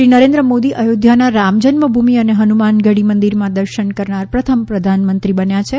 શ્રી નરેન્દ્ર મોદી અદ્યોધ્યાના રામ જન્મભૂમિ અને હનુમાનગઢી મંદિરમાં દર્શન કરનાર પ્રથમ પ્રધાનમંત્રી બન્યા છે